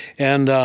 and